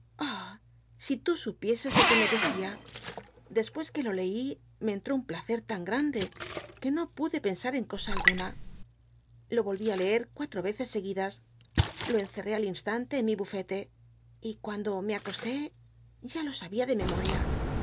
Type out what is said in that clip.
si tu supieses lo que me decía después que lo leí me entró un placer tan grande que no pude pensar en cosa alguna lo volví á leer cuatro veces seguidas lo encerré al instante en mi bufete y cuando me acosté ya lo sabia de memoria